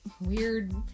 weird